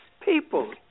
people